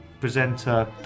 presenter